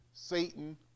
satan